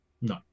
No